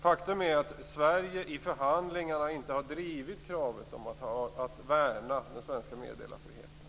Faktum är att Sverige i förhandlingarna inte har drivit kravet om att värna den svenska meddelarfriheten.